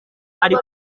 ari